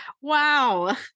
Wow